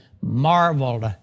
marveled